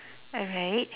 alright